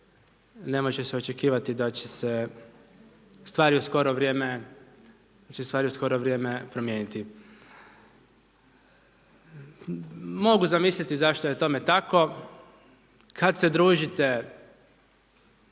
ne može se očekivati da će se stvari u skoro vrijeme promijeniti. Mogu zamisliti zašto je tome tako, kada se družite